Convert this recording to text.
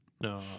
No